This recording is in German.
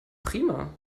prima